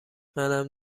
منم